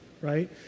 right